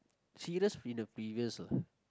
serious in the previous lah